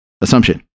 assumption